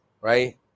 right